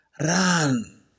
run